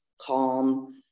calm